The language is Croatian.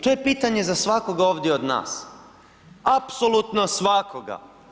To je pitanje za svakoga ovdje od nas, apsolutno svakoga.